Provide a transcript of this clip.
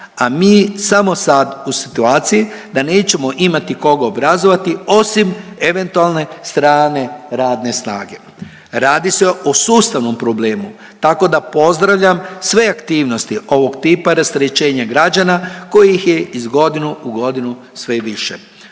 a mi smo sad u situaciji na nećemo imati kod obrazovati osim eventualne strane radne snage. Radi se o sustavnom problemu tako da pozdravljam sve aktivnosti ovog tipa rasterećenja građana kojih je iz godinu u godinu sve više.